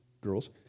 girls